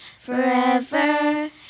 forever